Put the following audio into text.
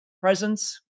presence